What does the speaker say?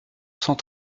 cent